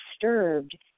disturbed